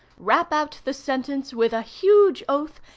rap out the sentence, with a huge oath,